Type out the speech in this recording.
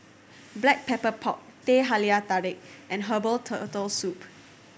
Black Pepper Pork Teh Halia Tarik and herbal Turtle Soup